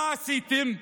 מה עשיתם?